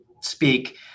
speak